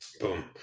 Boom